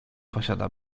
posiada